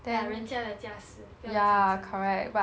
!aiya! 人家的家事不要讲这么多